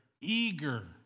eager